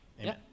Amen